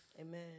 amen